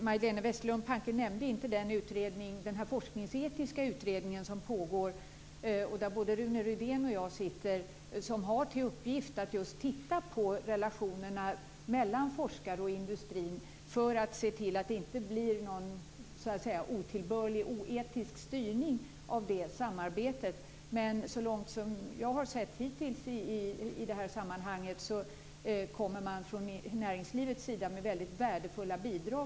Majléne Westerlund Panke nämnde inte den forskningsetiska utredning som pågår, där både Rune Rydén och jag sitter, som just har till uppgift att titta på relationerna mellan forskarna och industrin för att se till att det inte blir någon otillbörlig, oetisk styrning av det samarbetet. Men så långt jag har sett hittills kommer näringslivet i det här sammanhanget med väldigt värdefulla bidrag.